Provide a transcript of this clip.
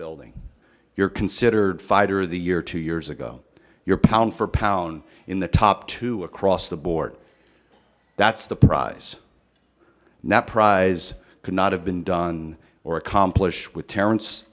building you're considered fighter the year two years ago you're pound for pound in the top two across the board that's the prize that prize could not have been done or accomplish with